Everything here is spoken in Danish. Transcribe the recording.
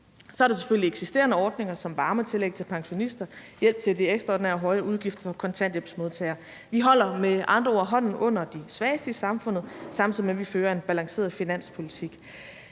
Så er der selvfølgelig eksisterende ordninger som varmetillæg til pensionister, hjælp til de ekstraordinært høje udgifter for kontanthjælpsmodtagere. Vi holder med andre ord hånden under de svageste i samfundet, samtidig med at vi fører en balanceret finanspolitik.